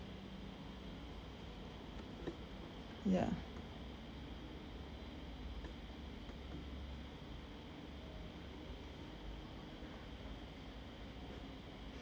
ya